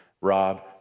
rob